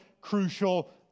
crucial